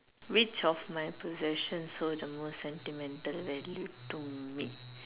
which of my possession hold the most sentimental value to me